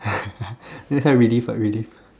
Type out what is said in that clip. never try relief ah relief